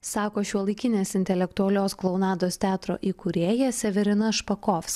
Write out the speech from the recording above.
sako šiuolaikinės intelektualios klounados teatro įkūrėja severina špakovs